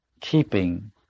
keeping